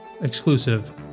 exclusive